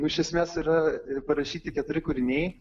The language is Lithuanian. iš esmės yra ir parašyti keturi kūriniai